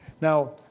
Now